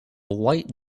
white